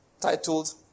titled